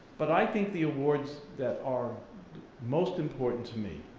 but i think the awards that are most important to me,